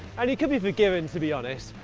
and it could be forgiven, to be honest,